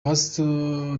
pastor